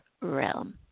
realm